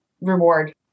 reward